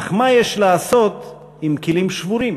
אך מה יש לעשות עם כלים שבורים?